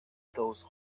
those